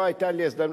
לא היתה לי הזדמנות.